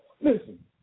listen